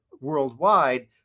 worldwide